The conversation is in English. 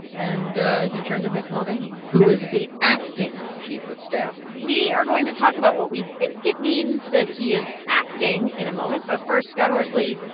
and he turned to mick mulvaney, who is the acting chief of staff we are going to talk about what we think it means that he is acting in a moment. but first, scott horsley,